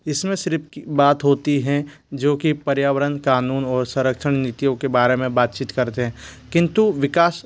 इस में सिर्फ़ बात होती हैं जो कि पर्यावरन क़ानून और सरक्षण नीतियों के बारे में बातचीत करते हैं किंतु विकास